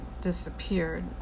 disappeared